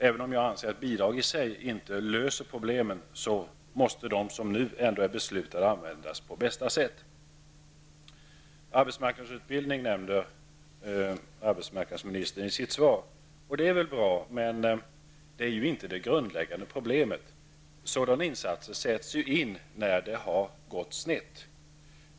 Även om jag anser att bidrag i sig inte löser problemen, måste de bidrag som det nu ändå finns beslut om användas på bästa sätt. Arbetsmarknadsministern nämnde i sitt svar arbetsmarknadsutbildningen. Det är väl bra, men det är inte det grundläggande problemet. Sådana insatser sätts ju in när det har gått snett.